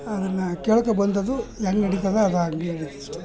ಅದನ್ನು ಕೇಳ್ಕೊಂಡ್ಬಂದದ್ದು ಹೆಂಗೆ ನಡಿತದೆ ಅದು ಹಂಗೆ ನಡಿತದೆ ಅಷ್ಟೇ